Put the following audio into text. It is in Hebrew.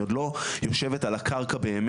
היא עוד לא יושבת על הקרקע באמת.